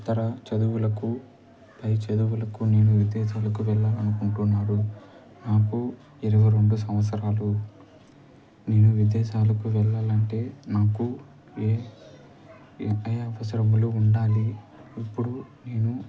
ఇతర చదువులకు పై చదువులకు నేను విదేశాలకు వెళ్ళాలనుకుంటున్నాను నాకు ఇరవై రెండు సంవత్సరాలు నేను విదేశాలకు వెళ్ళాలంటే నాకు ఏ ఏ అవసరములు ఉండాలి ఇప్పుడు నేను